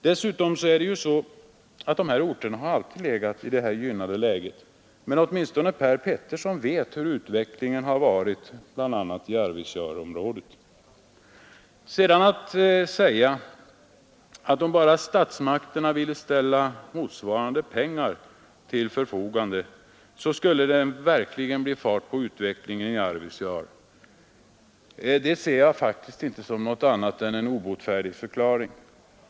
Dessutom är det ju så att dessa orter alltid har haft detta gynnade läge, men åtminstone Per Petersson vet hur utvecklingen har varit bl.a. i Arvidsjaur. Att vidare säga att om bara statsmakterna ville ställa pengar i tillräcklig omfattning till förfogande så skulle det verkligen bli fart på utvecklingen i Arvidsjaur ser jag inte som annat än den obotfärdiges förhinder.